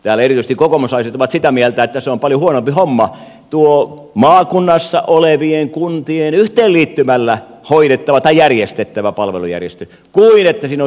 täällä erityisesti kokoomuslaiset ovat sitä mieltä että se on paljon huonompi homma tuo maakunnassa olevien kuntien yhteenliittymällä hoidettava tai järjestettävä palvelujärjestelmä kuin se että siinä olisi isäntäkunta